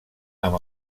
amb